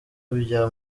bya